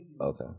Okay